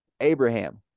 abraham